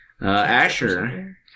Asher